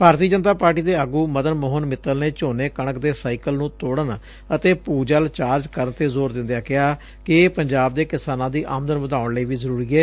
ਭਾਰਤੀ Janata party ਦੇ ਆਗੁ ਮਦਨ ਸੋਹਨ ਮਿੱਤਲ ਨੇ ਝੋਨੇ ਕਣਕ ਦੇ ਸਾਈਕਲ ਨੂੰ ਤੋੜਨ ਅਤੇ ਭੂਜਲ ਚਾਰਜ ਕਰਨ ਤੇ ਜ਼ੋਰ ਦਿੰਦਿਆਂ ਕਿਹਾ ਕਿ ਇਹ ਪੰਜਾਬ ਦੇ ਕਿਸਾਨਾਂ ਦੀ ਆਮਦਨ ਵਧਾਉਣ ਲਈ ਵੀ ਜ਼ਰੁਰੀ ਏ